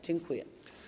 Dziękuję.